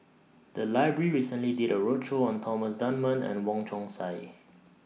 The Library recently did A roadshow on Thomas Dunman and Wong Chong Sai